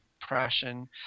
depression